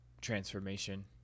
transformation